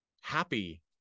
happy